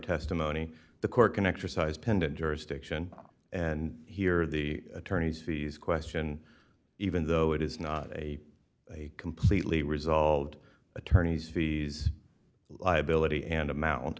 testimony the court can exercise pendent jurisdiction and here the attorneys fees question even though it is not a completely resolved attorney's fees liability and amount